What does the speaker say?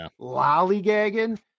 lollygagging